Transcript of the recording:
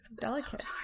delicate